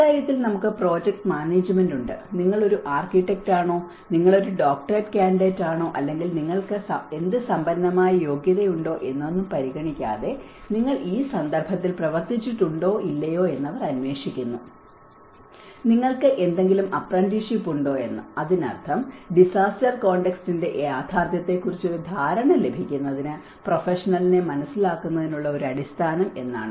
ഇക്കാര്യത്തിൽ നമുക്ക് project management ഉണ്ട് നിങ്ങൾ ഒരു ആർക്കിടെക്റ്റ് ആണോ നിങ്ങൾ ഒരു ഡോക്ടറേറ്റ് കാൻഡിഡേറ്റ് ആണോ അല്ലെങ്കിൽ നിങ്ങൾക്ക് എന്ത് സമ്പന്നമായ യോഗ്യതയുണ്ടോ എന്നൊന്നും പരിഗണിക്കാതെ നിങ്ങൾ ഈ സന്ദർഭത്തിൽ പ്രവർത്തിച്ചിട്ടുണ്ടോ ഇല്ലയോ എന്ന് അവർ അന്വേഷിക്കുന്നു നിങ്ങൾക്ക് എന്തെങ്കിലും അപ്രന്റീസ്ഷിപ്പ് ഉണ്ടോ എന്ന് അതിനർത്ഥം ഡിസാസ്റ്റർ കോണ്ടെക്സ്റ്റിന്റെ യാഥാർത്ഥ്യത്തെക്കുറിച്ച് ഒരു ധാരണ ലഭിക്കുന്നതിന് പ്രൊഫഷണലിനെ മനസ്സിലാക്കുന്നതിനുള്ള അടിസ്ഥാനം എന്നാണ്